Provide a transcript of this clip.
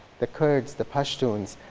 the kurds, the pashtuns,